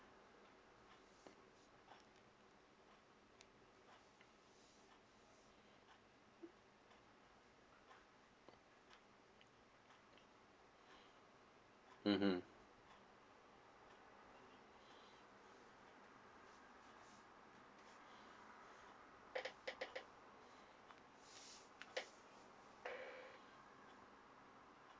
mmhmm